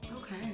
Okay